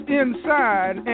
inside